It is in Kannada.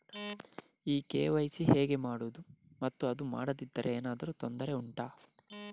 ಈ ಕೆ.ವೈ.ಸಿ ಹೇಗೆ ಮಾಡುವುದು ಮತ್ತು ಅದು ಮಾಡದಿದ್ದರೆ ಏನಾದರೂ ತೊಂದರೆ ಉಂಟಾ